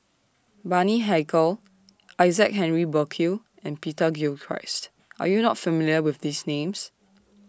Bani Haykal Isaac Henry Burkill and Peter Gilchrist Are YOU not familiar with These Names